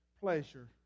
pleasure